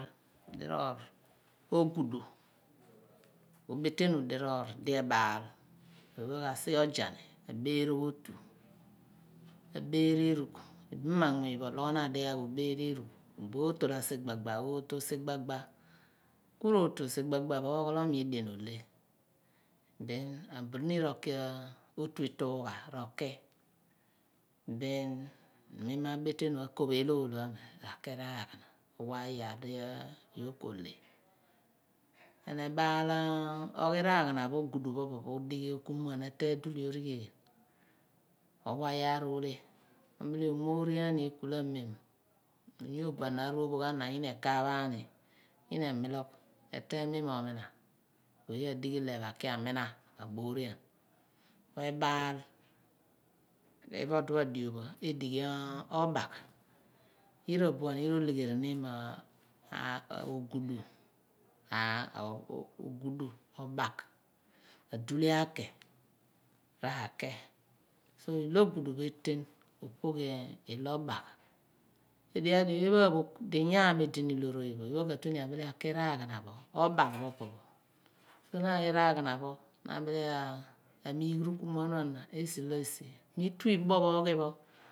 Ogudu, obetenu diror diebaal oyepho asighe ohani aberotu abereru ibama muny ologhonaan dighaagh obere rugh buo otol asigbagba otol sigbagba kui rotol sigbagba ogbolomi edien ole then abudien roki otu ituugha oki then mi mabetenu akop elool phani ra raghana owa iyaa di yoor ko ley oghi raghana phopho ogudu pho oku muon origheel owe yaar ole omoreeni ekula mem oyhogba na aru ophoghana yina ebelle ekaphaani yena emilogh eteeny memo mina na dighlep akii amina amoorian kui ebaal ephodi pha di pha diopho edigho omagh yira abuan olegherini ogudi omagh a dulia ke pa ke so eli ogudu phe ten ko phogh eloo mak edighi di oye phogh de iyaam edini loroye pho abile aki raghan pho obagh so naghi raghana pho na bile a miigh rukuman pho ana esi di esi mi tu iboph oghipho esi di esi